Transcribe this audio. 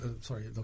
Sorry